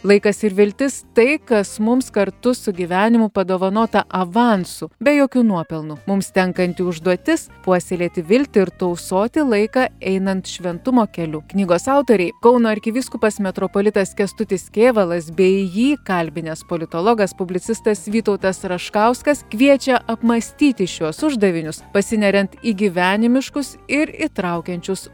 laikas ir viltis tai kas mums kartu su gyvenimu padovanota avansu be jokių nuopelnų mums tenkanti užduotis puoselėti viltį ir tausoti laiką einant šventumo keliu knygos autoriai kauno arkivyskupas metropolitas kęstutis kėvalas bei jį kalbinęs politologas publicistas vytautas raškauskas kviečia apmąstyti šiuos uždavinius pasineriant į gyvenimiškus ir įtraukiančius